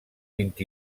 vint